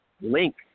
link